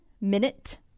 minute